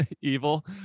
evil